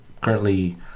currently